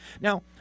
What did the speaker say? Now